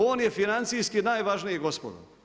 On je financijski najvažniji, gospodo.